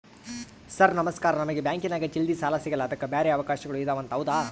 Sir ನಮಸ್ಕಾರ ನಮಗೆ ಬ್ಯಾಂಕಿನ್ಯಾಗ ಜಲ್ದಿ ಸಾಲ ಸಿಗಲ್ಲ ಅದಕ್ಕ ಬ್ಯಾರೆ ಅವಕಾಶಗಳು ಇದವಂತ ಹೌದಾ?